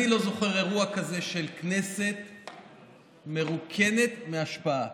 אני לא זוכר אירוע כזה של כנסת מרוקנת מהשפעה.